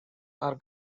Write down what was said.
are